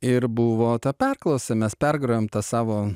ir buvo ta perklausa mes pergrojom tą savo